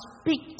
speak